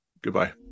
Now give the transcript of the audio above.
Goodbye